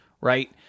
right